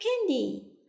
candy